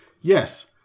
Yes